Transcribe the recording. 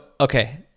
okay